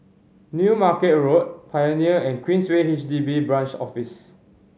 New Market Road Pioneer and Queensway H D B Branch Office